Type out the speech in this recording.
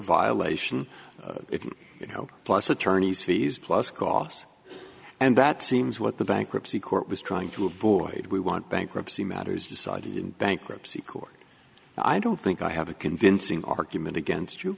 violation if you know plus attorneys fees plus costs and that seems what the bankruptcy court was trying to avoid we want bankruptcy matters decided in bankruptcy court i don't think i have a convincing argument against you